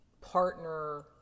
partner